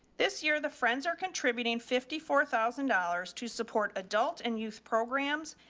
this year the friends are contributing fifty four thousand dollars to support adult and youth programs,